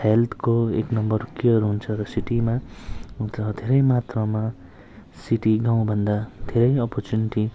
हेल्थको एक number care हुन्छ र सिटीमा ग धेरै मात्रामा सिटी गाउँभन्दा धेरै अपर्चुनिटी